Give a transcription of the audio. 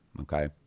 okay